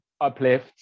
uplift